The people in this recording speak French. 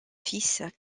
fils